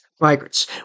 Migrants